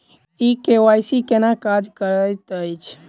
ई KYC केना काज करैत अछि?